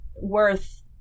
worth